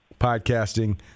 podcasting